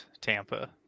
Tampa